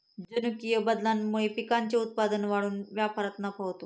जनुकीय बदलामुळे पिकांचे उत्पादन वाढून व्यापारात नफा होतो